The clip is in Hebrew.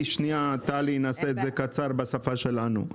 טלי, נעשה את זה קצר בשפה שלנו.